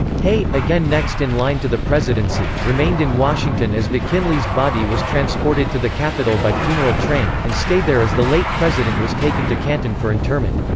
hay, again next in line to the presidency, remained in washington as mckinley's body was transported to the capital by funeral train, and stayed there as the late president was taken to canton for interment.